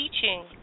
teaching